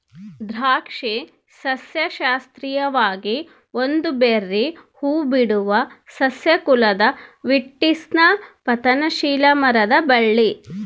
ದ್ರಾಕ್ಷಿ ಸಸ್ಯಶಾಸ್ತ್ರೀಯವಾಗಿ ಒಂದು ಬೆರ್ರೀ ಹೂಬಿಡುವ ಸಸ್ಯ ಕುಲದ ವಿಟಿಸ್ನ ಪತನಶೀಲ ಮರದ ಬಳ್ಳಿ